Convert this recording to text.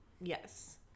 Yes